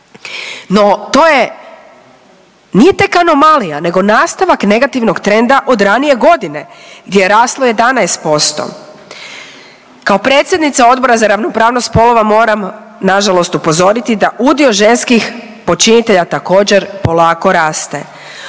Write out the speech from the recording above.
No, to je nije tek anomalija nego nastavak negativnog trenda od ranije godine gdje je raslo 11%. Kao predsjednica Odbora za ravnopravnost spolova moram nažalost upozoriti da udio ženskih počinitelja također polako raste.